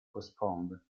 postponed